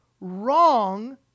wrong